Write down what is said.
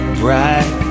bright